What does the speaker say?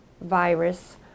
virus